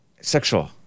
sexual